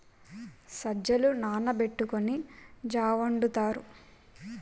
సజ్జలు నానబెట్టుకొని జా వొండుతారు